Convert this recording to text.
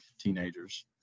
teenagers